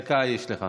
יש לך